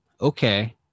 okay